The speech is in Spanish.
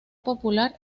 popular